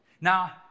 Now